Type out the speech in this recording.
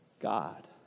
God